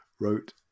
wrote